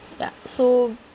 ya so